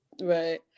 right